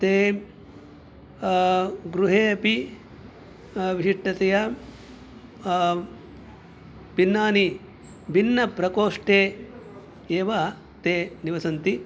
ते गृहे अपि विशिष्टतया भिन्नानि भिन्नप्रकोष्ठे एव ताः निवसन्ति